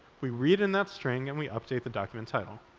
we read in that string, and we update the document title.